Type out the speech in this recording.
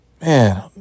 man